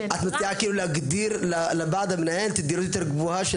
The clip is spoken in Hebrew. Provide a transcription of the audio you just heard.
את מציעה להגדיר לוועד המנהל תדירות יותר גבוהה,